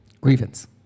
grievance